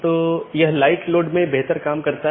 तो यह एक तरह की नीति प्रकारों में से हो सकता है